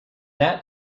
that